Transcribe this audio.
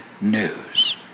news